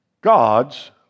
God's